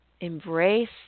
Embrace